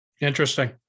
Interesting